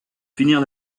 finir